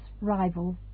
rival